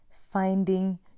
finding